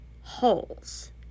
holes